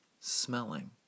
smelling